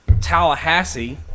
Tallahassee